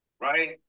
right